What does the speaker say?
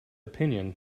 opinion